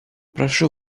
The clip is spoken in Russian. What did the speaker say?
прошу